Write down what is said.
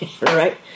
right